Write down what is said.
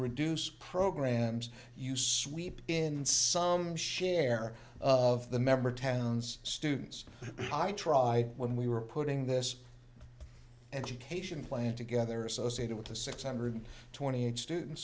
reduce programs you sweep in some share of the member towns students i tried when we were putting this education plan together associated with the six hundred twenty eight students